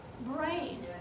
brain